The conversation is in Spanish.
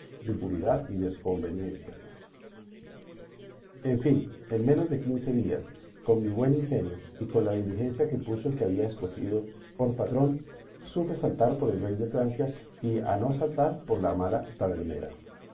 aspereza riguridad y desconveniencia en fin en menos de quince días con mi buen ingenio y con la diligencia que puso el que había escogido por patrón supe saltar por el rey de francia y a no saltar por la mala tabernera